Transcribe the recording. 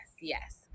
yes